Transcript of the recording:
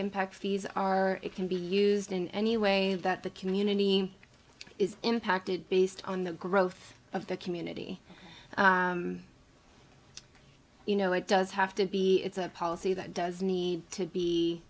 impact fees are it can be used in any way that the community is impacted based on the growth of the community you know it does have to be it's a policy that does need to be